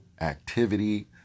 activity